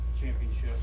championship